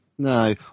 No